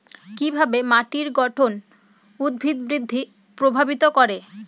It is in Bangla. কিভাবে মাটির গঠন উদ্ভিদ বৃদ্ধি প্রভাবিত করে?